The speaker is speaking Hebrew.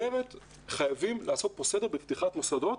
חייבים לעשות פה סדר בפתיחת מוסדות.